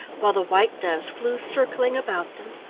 while the white doves flew circling about them.